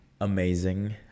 amazing